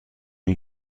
این